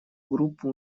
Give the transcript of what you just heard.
группу